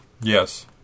Yes